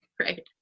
Right